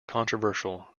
controversial